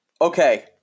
Okay